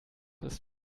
ist